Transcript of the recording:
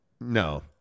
no